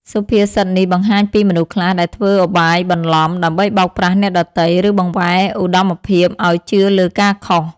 សុភាសិតនេះបង្ហាញពីមនុស្សខ្លះដែលធ្វើឧបាយបន្លំ ដើម្បីបោកប្រាស់អ្នកដទៃ ឬបង្វែរឧត្តមភាពឲ្យជឿលើការខុស។